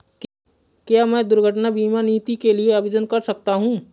क्या मैं दुर्घटना बीमा नीति के लिए आवेदन कर सकता हूँ?